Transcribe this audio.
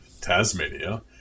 Tasmania